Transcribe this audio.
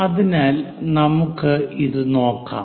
അതിനാൽ നമുക്ക് ഇത് നോക്കാം